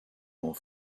more